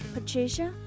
Patricia